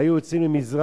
היו יוצאים למזרח-ירושלים,